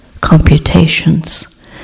computations